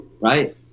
Right